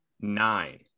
nine